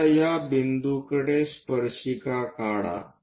आता या बिंदूंकडे स्पर्शिका काढा